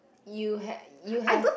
you ha~ you have